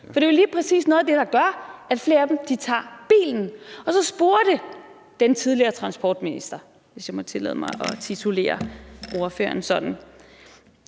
For det er jo lige præcis noget af det, der gør, at flere af dem tager bilen. Og så spurgte den tidligere transportminister – hvis jeg må tillade mig at titulere ordføreren sådan